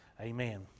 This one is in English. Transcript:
Amen